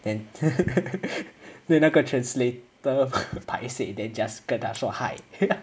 then then 那个 translator paiseh then just 跟他说 hai